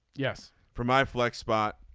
yes from my flex spot